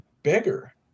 bigger